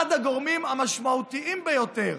אחד הגורמים המשמעותיים ביותר